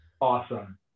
Awesome